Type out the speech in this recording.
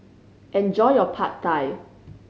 enjoy your Pad Thai